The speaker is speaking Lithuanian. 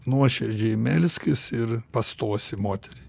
nuoširdžiai melskis ir pastosi moteriai